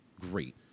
Great